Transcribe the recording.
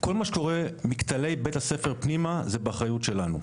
כל מה שקורה בין כותלי בית הספר זה באחריות שלנו,